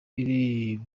iri